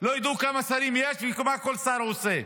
לא ידעו כמה שרים יש ומה כל שר עושה,